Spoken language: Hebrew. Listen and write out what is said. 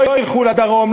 לא ילכו לדרום,